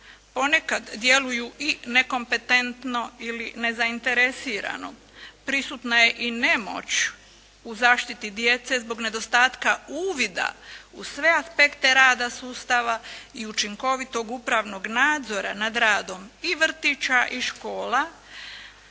Ponekad djeluju i nekompetentno ili nezainteresirano. Prisutna je i nemoć u zaštiti djece zbog nedostatka uvida u sve aspekte rada sustava i učinkovitog upravnog nadzora nad radom i vrtića i škola